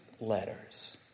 letters